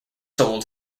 sold